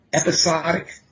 episodic